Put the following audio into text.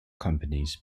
companies